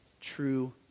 true